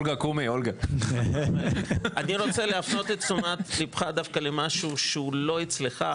אני רוצה להפנות את תשומת ליבך דווקא למשהו שהוא לא אצלך,